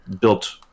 built